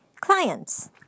clients